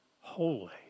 holy